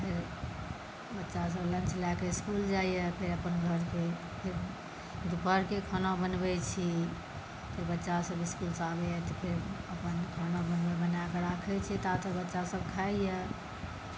फेर बच्चा सभ लन्च लए स्कूल जाइए फेर अपन घरकेँ दुपहरकेँ खाना बनबै छी फेर बच्चा सभ इसकुल से आबैए तऽ फेर अपन खाना बनाके राखै छियै ता तक बच्चा सभ खाइए